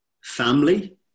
family